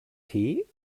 tee